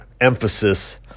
emphasis